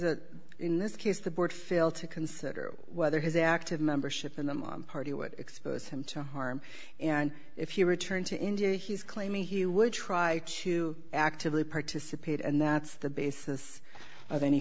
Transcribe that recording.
that in this case the board fail to consider whether his active membership in the party would expose him to harm and if he returned to india he's claiming he would try to actively participate and that's the basis